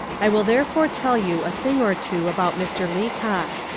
i will therefore tell you a thing or two about mr. leacock.